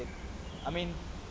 I mean